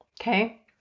Okay